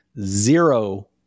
zero